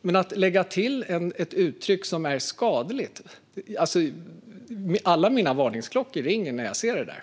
Men alla mina varningsklockor ringer när jag ser att man lägger till ett uttryck om vad som är skadligt.